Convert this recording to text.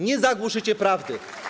Nie zagłuszycie prawdy.